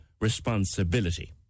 responsibility